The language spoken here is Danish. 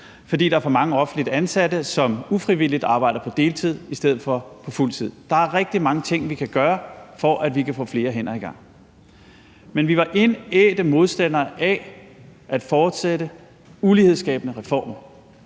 fordi der er for mange offentligt ansatte, som ufrivilligt arbejder på deltid i stedet for på fuld tid. Der er rigtig mange ting, vi kan gøre for, at vi kan få flere hænder i gang. Men vi var indædte modstandere af at fortsætte ulighedsskabende reformer.